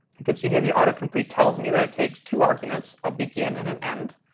you can see here the autocomplete tells me that it takes two arguments, a begin and an end.